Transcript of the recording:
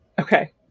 Okay